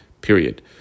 Period